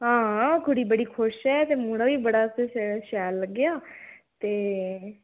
हां कुड़ी बड़ी खुश ऐ ते मुड़ा बी बड़ा शैल लग्गेआ ते